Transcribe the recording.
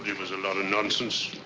was a lot of nonsense.